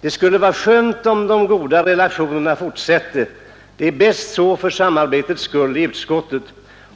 Det skulle vara skönt om de goda relationerna fortsätter. Det är bäst så för samarbetets skull i utskottet.